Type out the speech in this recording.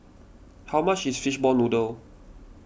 how much is Fishball Noodle